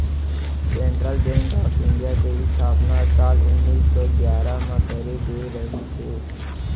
central bank of India के इस्थापना साल उन्नीस सौ गियारह म करे गे रिहिस हे